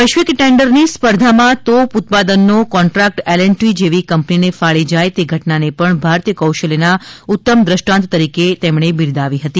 વૈશ્વિક ટેન્ડરની સ્પર્ધામા તોપ ઉત્પાદનનો કોન્ટ્રાક્ટ એલ એન્ડ ટી જેવી કંપનીને ફાળે જાય તે ઘટનાને પણ ભારતીય કૌશલ્યના ઉત્તમ દ્રષ્ટાંત તરીકે તેમણે બિરદાવી હતી